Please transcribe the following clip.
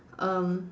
um